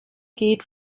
geht